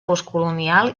postcolonial